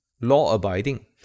law-abiding